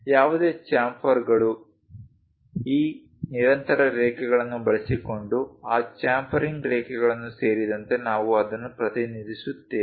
ಯಾವುದೇ ಚ್ಯಾಮ್ಫರ್ಗಳು ಈ ನಿರಂತರ ರೇಖೆಗಳನ್ನು ಬಳಸಿಕೊಂಡು ಆ ಚ್ಯಾಮ್ಫರಿಂಗ್ ರೇಖೆಗಳನ್ನು ಸೇರಿದಂತೆ ನಾವು ಅದನ್ನುಪ್ರತಿನಿಧಿಸುತ್ತೇವೆ